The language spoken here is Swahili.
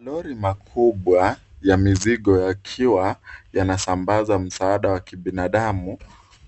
Lori makubwa ya mizigo yakiwa yanasambaza msaada wa kibinadamu.